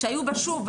שוב,